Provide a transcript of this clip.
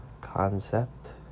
concept